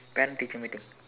parent teacher meeting